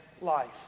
life